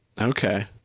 Okay